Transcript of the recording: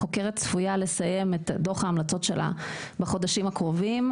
החוקרת צפויה לסיים את דוח ההמלצות שלה בחודשים הקרובים,